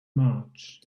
march